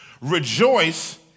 Rejoice